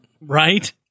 Right